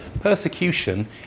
persecution